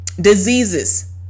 diseases